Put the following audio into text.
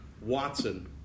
Watson